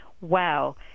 wow